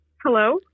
Hello